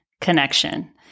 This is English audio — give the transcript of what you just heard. connection